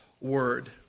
word